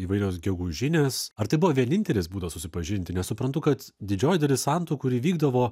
įvairios gegužinės ar tai buvo vienintelis būdas susipažinti nes suprantu kad didžioji dalis santuokų ir įvykdavo